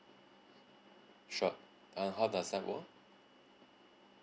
sure and how does that work